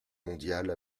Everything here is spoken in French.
mondiale